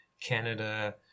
canada